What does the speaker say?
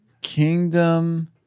Kingdom